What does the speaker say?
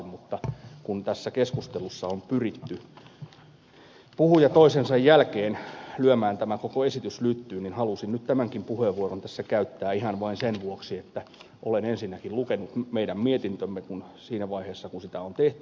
mutta kun tässä keskustelussa on puhuja toisensa jälkeen pyrkinyt lyömään tämän koko esityksen lyttyyn niin halusin nyt tämänkin puheenvuoron tässä käyttää ihan vain sen vuoksi että olen ensinnäkin lukenut meidän mietintömme siinä vaiheessa kun sitä on tehty